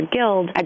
Guild